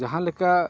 ᱡᱟᱦᱟᱸ ᱞᱮᱠᱟ